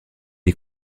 est